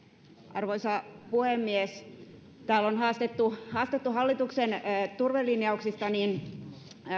arvoisa puhemies kun täällä on haastettu haastettu hallituksen turvelinjauksista niin